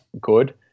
good